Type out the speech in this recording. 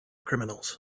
criminals